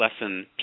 lesson